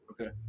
Okay